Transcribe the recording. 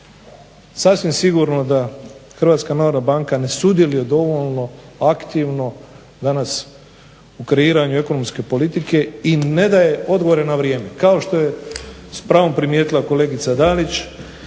Sasvim sigurno da HNB ne sudjeluje dovoljno aktivno danas u kreiranju ekonomske politike i ne daje odgovore na vrijeme, kao što je s pravom primijetila kolegica Dalić.